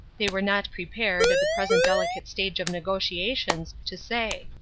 they were not prepared, at the present delicate stage of negotiations, to say.